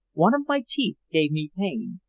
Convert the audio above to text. one of my teeth gave me pain,